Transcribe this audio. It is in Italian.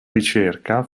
ricerca